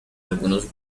algunos